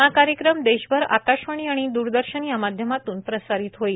हा कार्यक्रम देशभर आकाशवाणी आणि द्रदर्शन या माध्यमातून प्रसारीत होईल